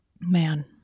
Man